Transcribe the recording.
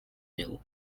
nią